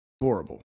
horrible